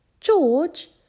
George